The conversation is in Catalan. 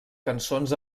cançons